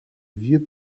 vieux